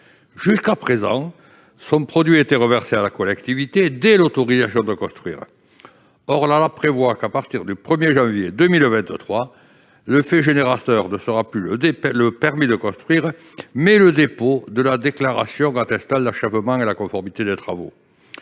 Jusqu'à présent, son produit était reversé à la collectivité dès l'autorisation de construire. Or, la loi prévoit que, à compter du 1 janvier 2023, le fait générateur sera, non plus le permis de construire, mais le dépôt de la déclaration attestant l'achèvement et la conformité des travaux